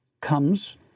comes